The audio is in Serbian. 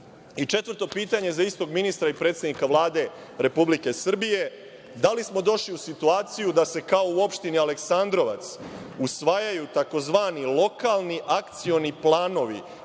Četvrto pitanje za istog ministra i predsednika Vlade Republike Srbije: da li smo došli u situaciju da se kao u opštini Aleksandrovac usvajaju tzv. lokalni akcioni planovi